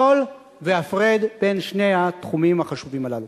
משול והפרד בין שני התחומים החשובים הללו.